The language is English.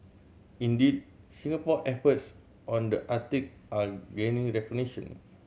indeed Singapore efforts on the Arctic are gaining recognition